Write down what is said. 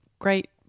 Great